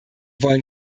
wollen